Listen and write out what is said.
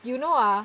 you know ah